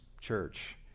Church